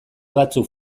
batzuk